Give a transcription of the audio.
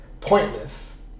pointless